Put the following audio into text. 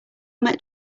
met